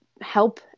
help